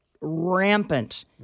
rampant